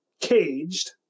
caged